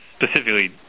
specifically